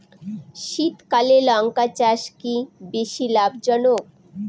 শীতকালে লঙ্কা চাষ কি বেশী লাভজনক?